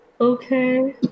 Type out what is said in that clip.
Okay